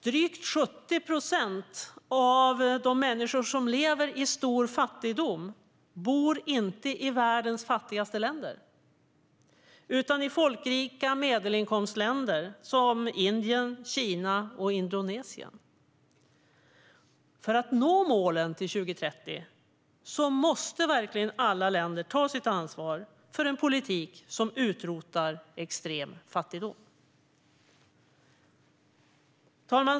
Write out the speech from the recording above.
Drygt 70 procent av de människor som lever i stor fattigdom bor inte i världens fattigaste länder utan i folkrika medelinkomstländer som Indien, Kina och Indonesien. För att nå målen till 2030 måste verkligen alla länder ta sitt ansvar för en politik som utrotar extrem fattigdom. Fru talman!